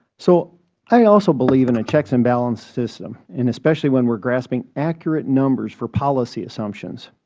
so i also believe in a checks and balance system, and especially when we are grasping accurate numbers for policy assumptions.